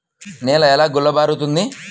నేల ఎలా గుల్లబారుతుంది?